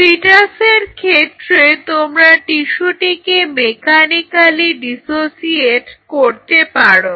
ফিটাসের ক্ষেত্রে তোমরা টিস্যুকে মেকানিকালি ডিসোসিয়েট করতে পারো